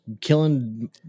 killing